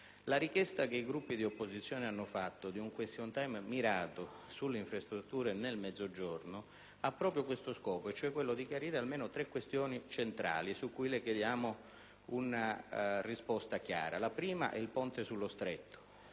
La richiesta che i Gruppi di opposizione hanno fatto di un *question time* mirato sulle infrastrutture nel Mezzogiorno ha proprio questo scopo, quello cioè di chiarire almeno tre questioni centrali su cui, signor Ministro, le chiediamo una risposta chiara. La prima questione riguarda